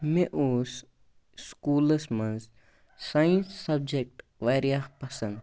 مےٚ اوس سکوٗلَس منٛز ساینس سَبجَکٹہٕ واریاہ پَسنٛد